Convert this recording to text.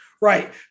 Right